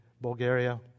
Bulgaria